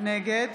נגד